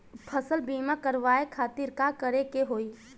फसल बीमा करवाए खातिर का करे के होई?